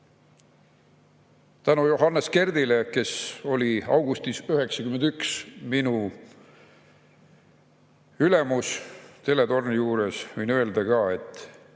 Tänu Johannes Kerdile, kes oli augustis 1991 minu ülemus telemaja juures, võin öelda ka, et